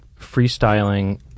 freestyling